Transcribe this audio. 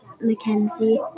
Mackenzie